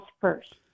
first